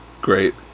Great